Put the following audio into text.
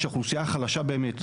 שהאוכלוסייה החלשה באמת,